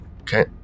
Okay